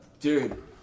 Dude